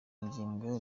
ngingo